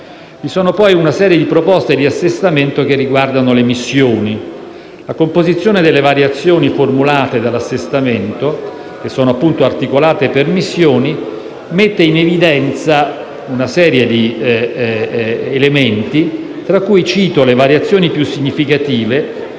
Vi sono poi una serie di proposte di assestamento che riguardano le missioni. La composizione delle variazioni formulate dall'assestamento, appunto articolate per missioni, mette in evidenza una serie di elementi, tra cui cito le variazioni più significative,